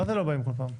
מה זה לא באים כל פעם?